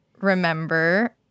remember